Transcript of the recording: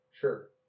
Sure